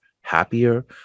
happier